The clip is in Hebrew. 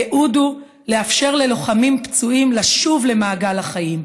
הייעוד הוא לאפשר ללוחמים פצועים לשוב למעגל החיים,